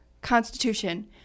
Constitution